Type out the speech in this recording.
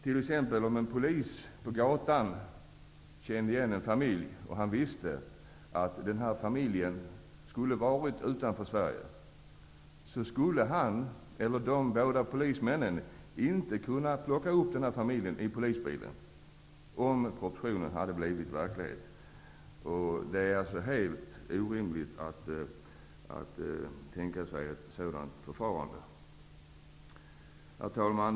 Om propositionen blir verklighet, kommer t.ex. den polis och hans kollega som på gatan känner igen en familj som de vet skall utvisas ur Sverige inte att kunna plocka upp familjen i polisbilen. Det är helt orimligt att tänka sig ett sådant förfarande. Herr talman!